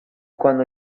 cuando